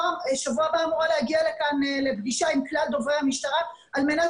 בשבוע הבא אמורה להגיע לכאן לפגישה עם כלל דוברי המשטרה על מנת